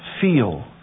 feel